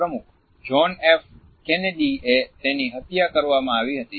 પ્રમુખ John F Kennedy એ તેની હત્યા કરવામાં આવી હતી